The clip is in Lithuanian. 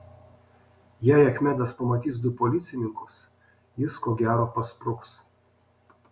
jei achmedas pamatys du policininkus jis ko gero paspruks